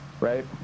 right